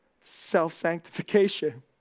Self-sanctification